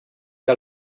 que